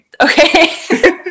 Okay